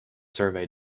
survey